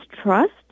trust